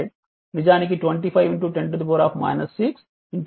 నిజానికి 25 10 6 400